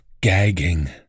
gagging